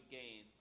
gain